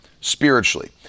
spiritually